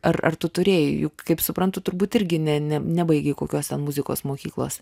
ar ar tu turėjai juk kaip suprantu turbūt irgi ne ne nebaigei kokios ten muzikos mokyklos